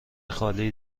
خالی